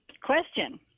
question